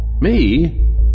Me